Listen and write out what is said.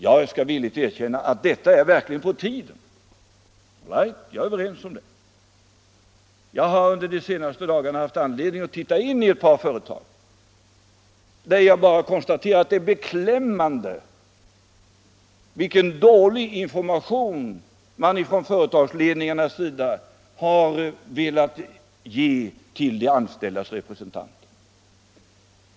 Jag skall villigt erkänna att detta verkligen är på tiden. Jag har under de senaste dagarna haft anledning att titta på förhållandena i ett par företag. Det är beklämmande att konstatera vilken dålig information man från företagsledningens sida har velat ge de anställdas representanter.